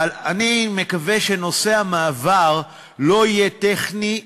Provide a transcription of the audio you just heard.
אבל אני מקווה שנושא המעבר לא יהיה טכני,